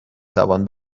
توان